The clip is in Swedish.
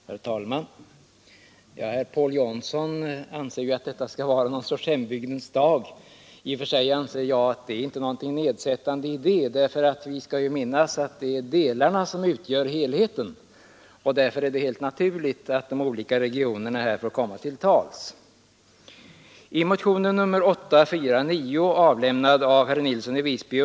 Herr talman! Herr Paul Jansson ansåg att detta skall vara någon sorts ”hembygdens dag”. I och för sig ligger det inte något nedsättande i det. Vi skall minnas att det är delarna som utgör helheten, och därför är det helt naturligt att de olika regionerna får komma till tals.